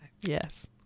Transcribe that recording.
Yes